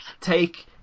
take